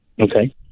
Okay